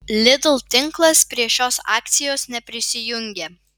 lidl tinklas prie šios akcijos neprisijungė